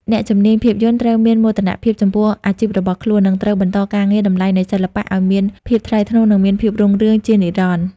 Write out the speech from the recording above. អ្នកជំនាញភាពយន្តត្រូវមានមោទនភាពចំពោះអាជីពរបស់ខ្លួន និងត្រូវបន្តការពារតម្លៃនៃសិល្បៈ ឱ្យមានភាពថ្លៃថ្នូរ និងមានភាពរុងរឿងជានិរន្តរ៍។